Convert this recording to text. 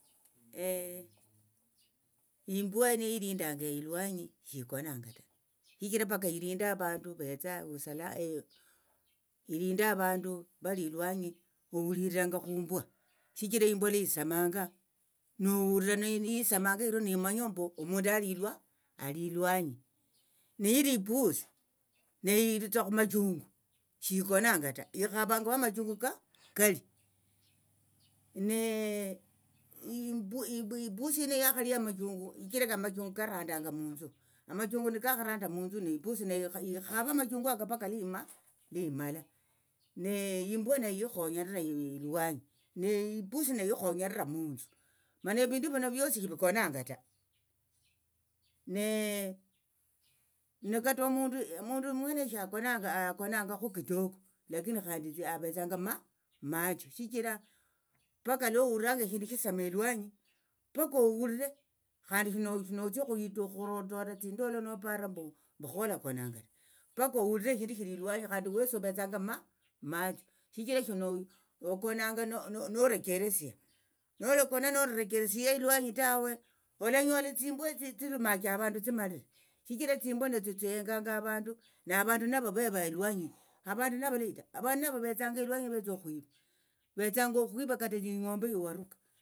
imbwa nilindanga ilwanyi shikonanga ta shichira paka ilinde avandu vetse ilinde avandu vali ilwanyi ohuliraanga khumbwa shichira imbwa lisamanga nohulira niisamanga irio nimanya ombu omundu ali ilwanyi nili ipusi neyo ilitsa khumachungu shikonanaga ta ikhavanga wamachungu kali ipusi yino yakhalia amachungu namachungu karandanga munthu amachungu nikakharanda munthu neipusi neyo ikhave amachungu aka paka liimala neimbwa neyo ikhonyerera ilwanyi neipusi neyo ikhonyerera munthu mana evindu vino viosi shivikonanga ta ne kata omundu omundu mwene shakonanga akonangakhu kidogo lakini khandi avetsanga ma macho shichira paka lohuliranga eshindu shisama elwanyi paka ohulire khandi shino shinotsie okhuhitokhorora tsindolo nopara mbu kholakonanga ta paka ohulire eshindu shili ilwanyi khandi wesi ovetsanga macho shichira okonanga norecheresia nolakona norecheresia ilwanyi tawe olanyola tsimbwa tsilumache avandu tsimalire shichira tsimbwa natsio tsihenganga avandu navandu navo veva ilwanyi avandu navalahi ta avandu navo vetsanga ilwanyi vetsa okhwiva. vetsanga okhwiva kata ing'ombe yawaruka.